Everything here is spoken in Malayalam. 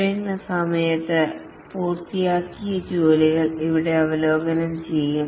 സ്പ്രിന്റ് സമയത്ത് പൂർത്തിയാക്കിയ ജോലികൾ ഇവിടെ അവലോകനം ചെയ്യും